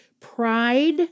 pride